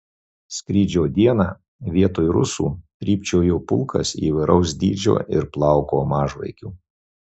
skrydžio dieną vietoj rusų trypčiojo pulkas įvairaus dydžio ir plauko mažvaikių